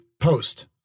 post